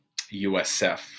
USF